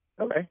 Okay